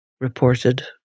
reported